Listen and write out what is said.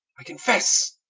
i confesse,